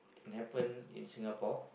happen in singapore